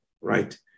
right